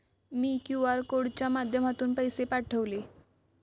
मी QR कोडच्या माध्यमातून पैसे पाठवले